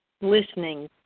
listening